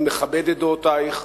אני מכבד את דעותייך,